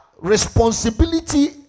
responsibility